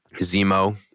Zemo